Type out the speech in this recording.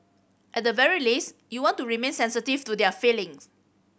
at the very least you want to remain sensitive to their feelings